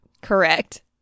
Correct